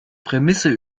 prämisse